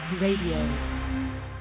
Radio